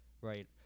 right